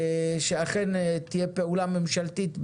שאכן תהיה פעולה ממשלתית,